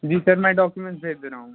जी sir मैं डाक्यूमेंट्स भेज दे रहा हूँ